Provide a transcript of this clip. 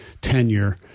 tenure